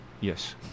Yes